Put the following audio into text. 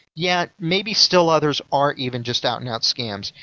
yeah, maybes still others are even just out and out scams,